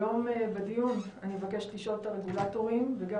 היום בדיון אבקש לשאול את הרגולטורים וגם